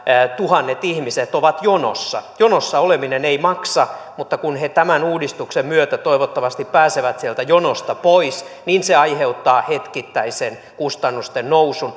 tuhannet ihmiset ovat jonossa jonossa oleminen ei maksa mutta kun he tämän uudistuksen myötä toivottavasti pääsevät sieltä jonosta pois niin se aiheuttaa hetkittäisen kustannusten nousun